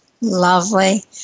Lovely